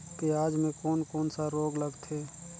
पियाज मे कोन कोन सा रोग लगथे?